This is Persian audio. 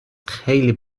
خیلی